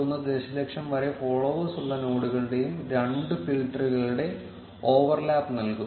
1 ദശലക്ഷം വരെ ഫോളോവേഴ്സ് ഉള്ള നോഡുകളുടെയുംരണ്ട് ഫിൽട്ടറുകളുടെ ഓവർലാപ്പ് നൽകും